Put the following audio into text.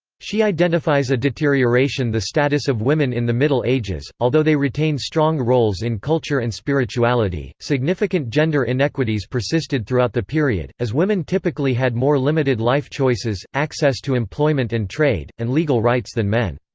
she identifies a deterioration the status of women in the middle ages, although they retained strong roles in culture and spirituality significant gender inequities persisted throughout the period, as women typically had more limited life-choices, access to employment and trade, and legal rights than men.